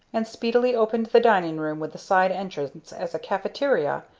and speedily opened the dining room with the side entrance as a caffeteria,